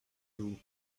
vous